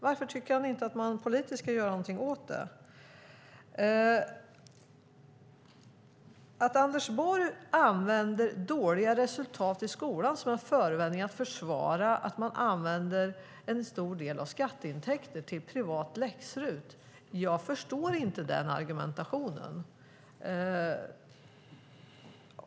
Varför tycker han inte att man politiskt ska göra någonting åt saken? Anders Borg använder dåliga resultat i skolan som förevändning för att försvara att en stor del av skatteintäkterna används till privat läx-RUT. Jag förstår inte den argumentationen.